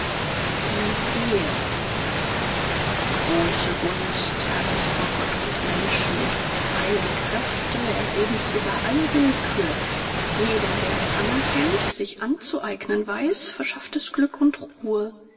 die ehe große gunst hat es vor gott und menschen heil'ge kräfte erheben's über alle willkür jedem der's anerkennt sich's anzueignen weiß verschafft es glück und ruhe